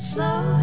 Slow